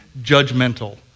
judgmental